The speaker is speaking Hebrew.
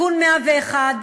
(תיקון מס' 101),